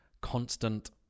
constant